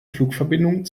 flugverbindung